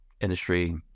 industry